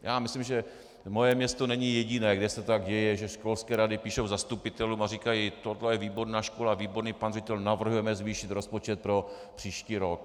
Já myslím, že moje město není jediné, kde se to tak děje, že školské rady píší zastupitelům a říkají: tohle je výborná škola, výborný pan ředitel, navrhujeme zvýšit rozpočet pro příští rok.